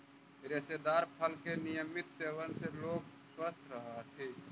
रेशेदार फल के नियमित सेवन से लोग स्वस्थ रहऽ हथी